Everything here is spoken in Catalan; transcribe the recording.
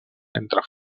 entre